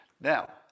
Now